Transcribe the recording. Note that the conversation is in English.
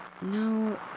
No